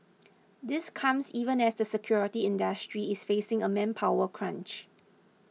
this comes even as the security industry is facing a manpower crunch